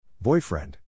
Boyfriend